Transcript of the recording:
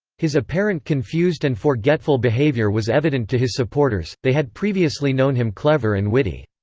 his apparent confused and forgetful behavior was evident to his supporters they had previously known him clever and witty.